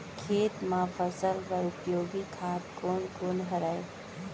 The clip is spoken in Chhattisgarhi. खेत म फसल बर उपयोगी खाद कोन कोन हरय?